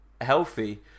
healthy